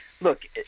look